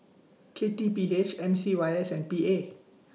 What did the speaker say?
K T P H M C Y S and P A